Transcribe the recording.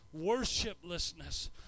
worshiplessness